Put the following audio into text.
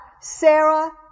Sarah